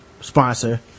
sponsor